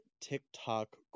TikTok